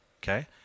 okay